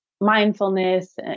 mindfulness